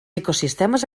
ecosistemes